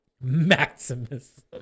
Maximus